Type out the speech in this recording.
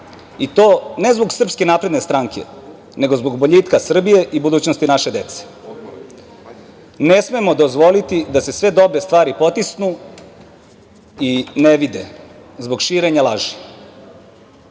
i to ne zbog SNS, nego zbog boljitka Srbije i budućnosti naše dece. Ne smemo dozvoliti da se sve dobre stvari potisnu i ne vide zbog širenja laži. Kao